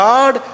God